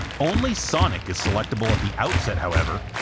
only sonic is selectable at the outset however,